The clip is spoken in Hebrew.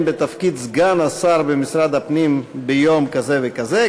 בתפקיד סגן השר במשרד הפנים ביום כזה וכזה,